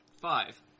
five